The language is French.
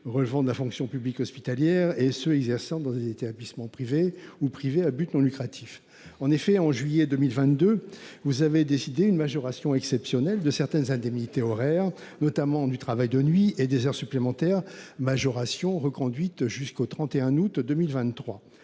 relèvent de la fonction publique hospitalière et ceux qui exercent dans des établissements privés ou privés à but non lucratif. En effet, en juillet 2022, vous avez décidé une majoration exceptionnelle de certaines indemnités horaires, notamment celles du travail de nuit et des heures supplémentaires, majoration qui est reconduite jusqu'au 31 août 2023.